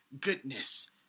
goodness